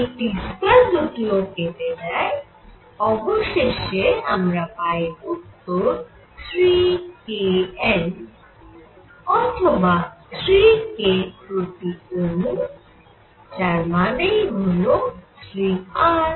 এই T2 দুটিও কেটে যায় অবশেষে আমরা পাই উত্তর 3kN অথবা 3 k প্রতি অণু যার মানেই হল 3 R